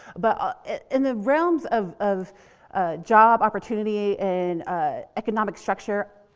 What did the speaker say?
but in the realms of of job opportunity and ah economic structure,